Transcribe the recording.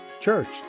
church